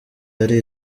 yari